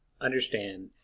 understand